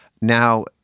Now